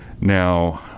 Now